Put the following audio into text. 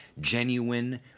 genuine